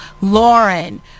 Lauren